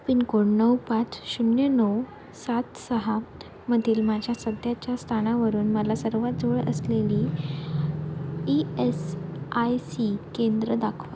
pin code नऊ पाच शून्य नऊ सात सहा मधील माझ्या सध्याच्या स्थानावरून मला सर्वात जवळ असलेली ई एस आय सी केंद्रं दाखवा